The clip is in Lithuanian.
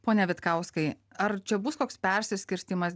pone vitkauskai ar čia bus koks persiskirstymas